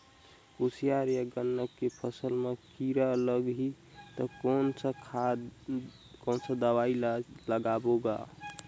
कोशियार या गन्ना के फसल मा कीरा लगही ता कौन सा दवाई ला लगाबो गा?